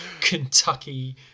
kentucky